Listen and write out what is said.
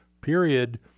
period